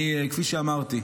כפי שאמרתי,